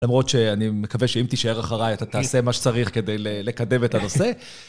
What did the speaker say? למרות שאני מקווה שאם תישאר אחריי אתה תעשה מה שצריך כדי לקדם את הנושא.